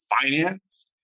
finance